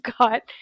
got